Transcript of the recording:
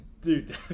Dude